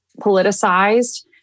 politicized